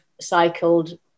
cycled